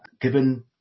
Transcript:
Given